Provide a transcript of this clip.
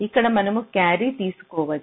ఇక్కడ మనము క్యారీ తీసుకోవచ్చు